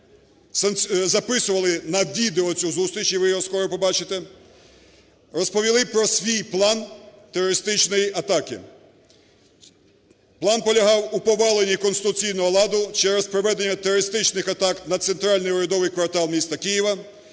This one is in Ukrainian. записували на відео цю зустріч, і ви її скоро побачите, розповіли про свій план терористичної атаки. План полягав у поваленні конституційного ладу через проведення терористичних атак на центральний урядовий квартал міста Києва,